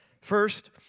First